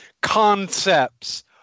concepts